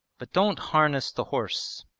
but don't harness the horse,